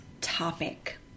topic